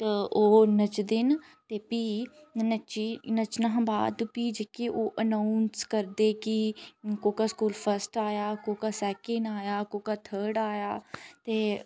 ओह् नच्चदे न भी नच्ची नच्चना हा बाद ते भी जेह्का ओह् अनाउंस करदे की कोह्का स्कूल फर्स्ट आया कोह्का सेकेंड आया कोह्का थर्ड़ आया ते